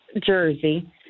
jersey